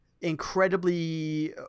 incredibly